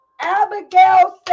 abigail